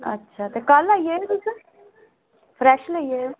अच्छा ते कल आई जायो तुस फ्रैश लेई जायो